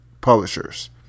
publishers